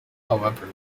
however